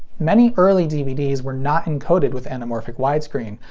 many early dvds were not encoded with anamorphic widescreen,